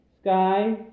sky